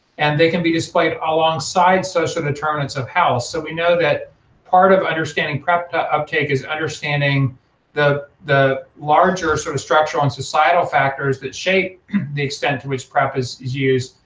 and they can be displayed alongside social determinants of health, so we know that part of understanding prep uptake is understanding the the larger sort of structural and societal factors that shape the extent to which prep is used,